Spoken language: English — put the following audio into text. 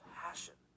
passion